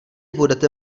budete